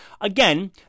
Again